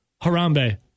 Harambe